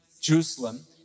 Jerusalem